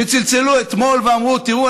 כשצלצלו אתמול ואמרו: תראו,